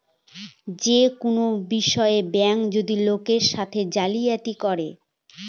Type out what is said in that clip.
যে কোনো বিষয়ে ব্যাঙ্ক যদি লোকের সাথে জালিয়াতি করে